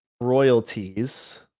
royalties